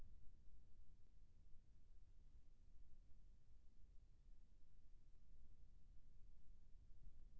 माटी के धारल बनाए रखे बार खाद के नाम अउ कैसे कैसे उपाय करें भेजे मा माटी के पोषक बने रहे?